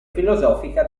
filosofica